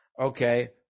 okay